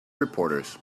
reporters